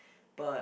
but